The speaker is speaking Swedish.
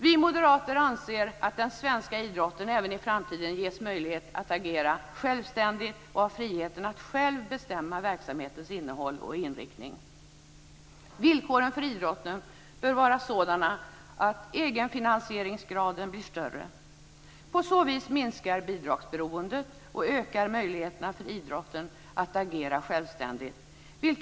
Vi moderater anser att den svenska idrotten även i framtiden bör ges möjlighet att agera självständigt, och att den skall ha friheten att själv bestämma verksamhetens innehåll och inriktning. Villkoren för idrotten bör vara sådana att egenfinansieringsgraden blir större. På så vis minskar bidragsberoendet, och möjligheterna för idrotten att agera självständigt ökar.